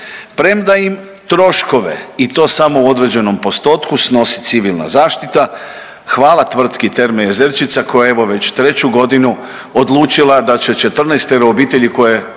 Premda im troškove i to samo u određenom postotku snosi civilna zaštita hvala tvrtki terme Jezerčica koja je evo već 3 godinu odlučila da će 14 obitelji koje